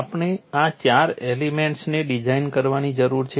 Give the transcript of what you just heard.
આપણે આ ચાર એલિમેન્ટ્સ ને ડિઝાઇન કરવાની જરૂર છે